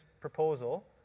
proposal